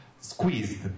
squeezed